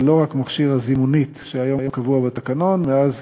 ולא רק מכשיר הזימונית שהיה קבוע בתקנון מאז